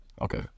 Okay